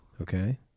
Okay